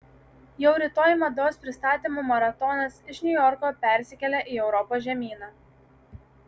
jau rytoj mados pristatymų maratonas iš niujorko persikelia į europos žemyną